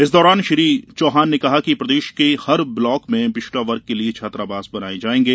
इस दौरान श्री चौहान ने कहा है कि प्रदेश के हर ब्लॉक में पिछड़ावर्ग के लिये छात्रावास बनाये जायेंगे